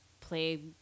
play